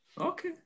Okay